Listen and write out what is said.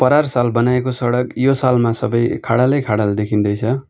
परार साल बनाएको सडक यो सालमा सबै खाडलै खाडल देखिँदैछ